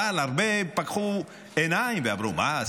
אבל הרבה פקחו עיניים ואמרו: מה,